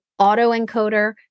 autoencoder